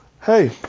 Hey